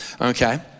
Okay